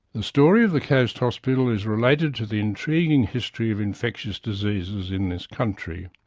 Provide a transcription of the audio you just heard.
the story of the coast hospital is related to the intriguing history of infectious diseases in this country.